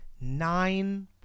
nine